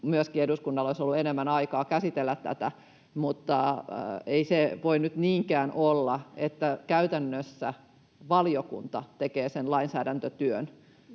myöskin eduskunnalla olisi ollut enemmän aikaa käsitellä tätä. Mutta ei se voi nyt niinkään olla, että käytännössä valiokunta tekee sen lainsäädäntötyön